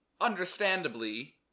understandably